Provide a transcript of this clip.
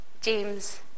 James